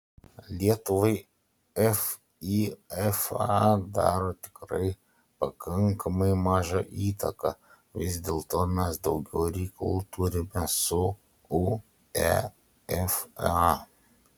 lietuvai fifa daro tikrai pakankamai mažą įtaką vis dėlto mes daugiau reikalų turime su uefa